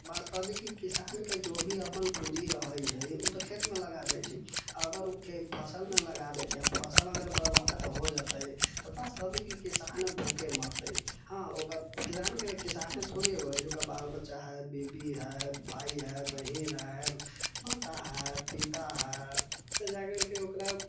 तब वास्तविक जे किसानके जो भी अपन पूँजी रहै छै उ तऽ खेतमे लगा दै छै आब अगर उ फसलमे लगा दै छै आओर फसल अगर बर्बाद हो जेतै तऽ वास्तविक ई किसान भूखे मरतै हँ ओकर किसानके किसाने थोड़े होइ छै ओकर बाल बच्चा है बीबी है भाय है बहीन है माता है पिता है तब जाकरके ओकरा